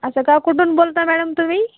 असं का कुठून बोलता मॅडम तुम्ही